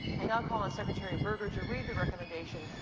i now call on secretary boerger to read the recommendation,